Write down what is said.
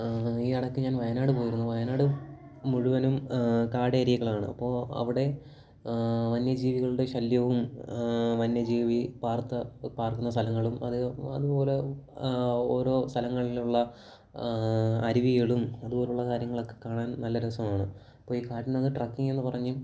ഈ ഇടക്ക് ഞാൻ വയനാട് പോയിരുന്നു വയനാട് മുഴുവനും കാടേരിയകളാണ് അപ്പോൾ അവരുടെ വന്യജീവികളുടെ ശല്യവും വന്യജീവി പാർത്ത പാർക്കുന്ന സ്ഥലങ്ങളും അത് അതുപോലെ ഓരോ സ്ഥലങ്ങളിലുള്ള അരുവികളും അതുപോലെയുള്ള കാര്യങ്ങളൊക്കെ കാണാൻ നല്ല രസമാണ് അപ്പോൾ ഈ കാട്ടിനകത്ത് ട്രക്കിങ് എന്നു പറഞ്ഞും